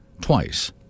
twice